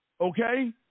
okay